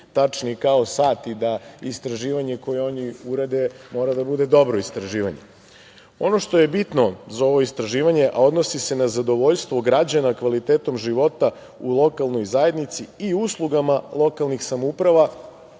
tačni kao sat i da istraživanje koje oni urade mora da bude dobro istraživanje. Ono što je bitno za ovo istraživanje, a odnosi se na zadovoljstvo građana kvalitetom života u lokalnoj zajednici i uslugama lokalnih samouprava,